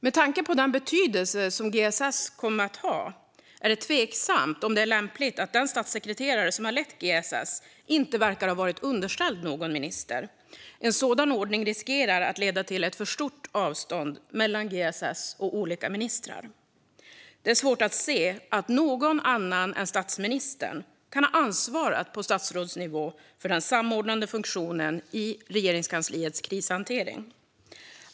Med tanke på den betydelse som GSS kom att ha är det tveksamt om det är lämpligt att den statssekreterare som har lett GSS inte verkar ha varit underställd någon minister. En sådan ordning riskerar att leda till ett för stort avstånd mellan GSS och olika ministrar. Det är svårt att se att någon annan än statsministern kan ha ansvaret på statsrådsnivå för den samordnande funktionen i Regeringskansliets krishantering.